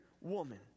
woman